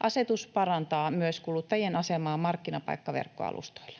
Asetus parantaa myös kuluttajien asemaa markkinapaikkaverkkoalustoilla.